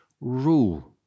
rule